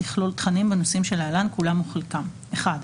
תכלול תכנים בנושאים שלהלן כולם או חלקם: (1)